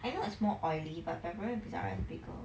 I know it's more oily but pepperoni pizza is bigger